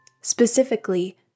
Specifically